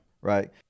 right